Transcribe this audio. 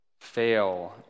fail